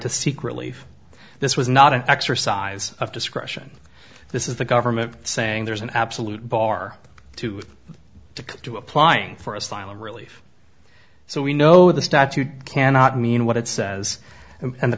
to seek relief this was not an exercise of discretion this is the government saying there's an absolute bar to to do applying for asylum relief so we know the statute cannot mean what it says and